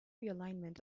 realignment